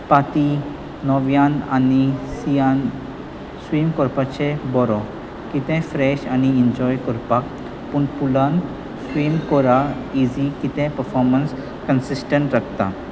पाती नव्यान आनी सियान स्विम करपाचें बरो कितें फ्रेश आनी इन्जॉय करपाक पूण पुलान स्विम करा इजी कितें पफोमन्स कन्सिस्टंट लागता